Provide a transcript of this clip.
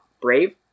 brave